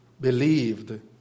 believed